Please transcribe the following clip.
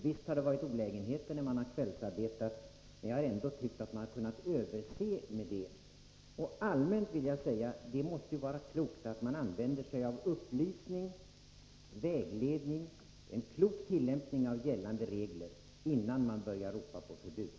Visst har det varit olägenheter när man har kvällsarbetat, men jag har ändå tyckt att man har kunnat överse med dem. Allmänt vill jag säga att det måste vara klokt att använda sig av upplysning, vägledning och en klok tillämpning av gällande regler, innan man börjar ropa på förbud.